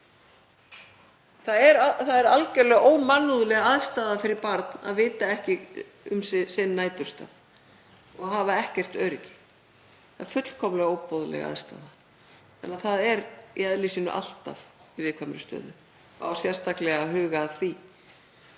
Það er algerlega ómannúðleg aðstaða fyrir barn að vita ekki um sinn næturstað og hafa ekkert öryggi. Það er fullkomlega óboðleg aðstaða, þannig að það er í eðli sínu alltaf í viðkvæmri stöðu. Það á sérstaklega að huga að